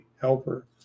helper